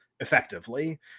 effectively